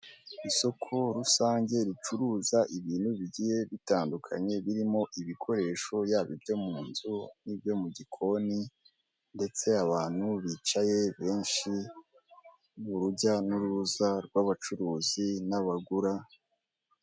Isoko rusange ricuruza ibintu bigiye bitandukanye birimo ibikoresho yaba ibyo mu nzu n'ibyo mu gikoni ndetse abantu bicaye benshi m'urujya n'uruza rw'abacuruzi n'abagura.